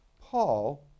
Paul